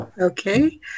Okay